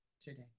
today